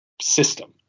system